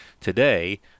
today